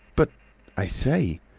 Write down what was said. but i say!